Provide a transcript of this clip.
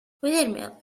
wethermill